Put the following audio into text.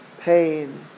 pain